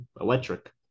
electric